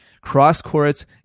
cross-courts